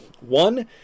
One